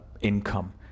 income